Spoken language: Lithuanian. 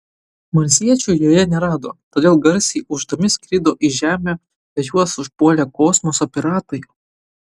marsiečių joje nerado todėl garsiai ūždami skrido į žemę bet juos užpuolė kosmoso piratai